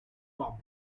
bob